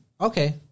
Okay